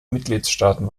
mitgliedstaaten